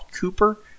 Cooper